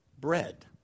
bread